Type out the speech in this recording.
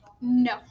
No